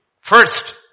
First